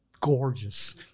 gorgeous